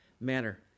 manner